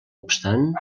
obstant